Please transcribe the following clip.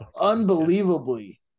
Unbelievably